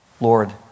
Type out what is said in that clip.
Lord